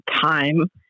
time